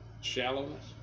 Shallowness